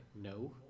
No